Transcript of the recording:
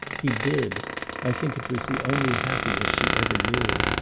he did i think it was the only happiness she ever knew.